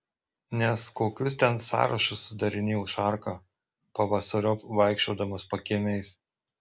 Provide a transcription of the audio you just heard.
nes kokius ten sąrašus sudarinėjo šarka pavasariop vaikščiodamas pakiemiais